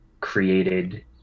created